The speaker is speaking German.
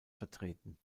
vertreten